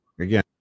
again